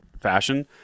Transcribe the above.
fashion